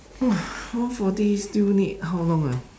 !wah! one forty still need how long ah